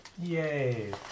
Yay